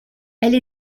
elle